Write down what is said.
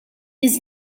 his